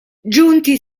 giunti